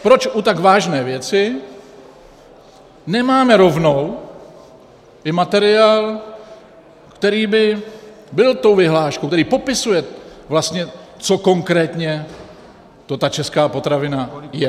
Proč u tak vážné věci nemáme rovnou i materiál, který by byl tou vyhláškou, který popisuje vlastně, co konkrétně to ta česká potravina je?